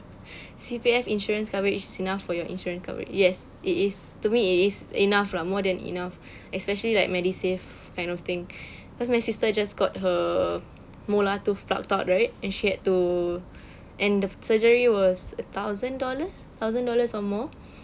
C_P_F insurance coverage is enough for your insurance covera~ yes it is to me it is enough lah for a more than enough especially like MediSave kind of thing cause my sister just got her molar tooth plucked out right and she had to and the surgery was a thousand dollars thousand dollars or more